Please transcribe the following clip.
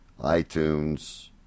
iTunes